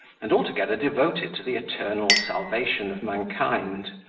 and altogether devoted to the eternal salvation of mankind.